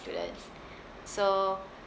students so